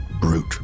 brute